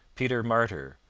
peter martyr,